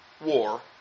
war